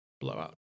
blowout